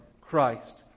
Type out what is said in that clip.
Christ